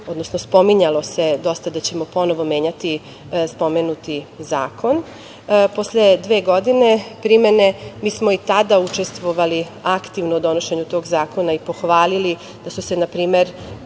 odnosno spominjalo se dosta da ćemo ponovo menjati spomenuti zakon. Posle dve godine primene, mi smo i tada učestvovali aktivno u donošenju tog zakona i pohvalili da su se, na primer,